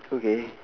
okay